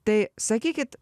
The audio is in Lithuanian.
tai sakykit